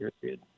period